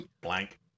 Blank